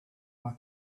are